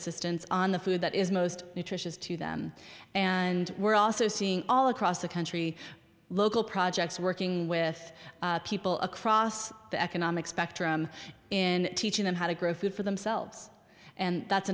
assistance on the food that is most nutritious to them and we're also seeing all across the country local projects working with people across the economic spectrum in teaching them how to grow food for themselves and that's